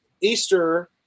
Easter